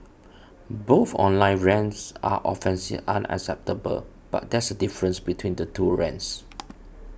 both online rants are offensive and unacceptable but there is a difference between the two rants